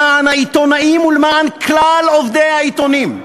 למען העיתונאים ולמען כלל עובדי העיתונים.